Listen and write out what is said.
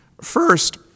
First